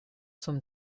zum